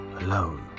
Alone